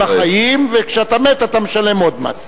יש מסים בחיים, וכשאתה מת אתה משלם עוד מס.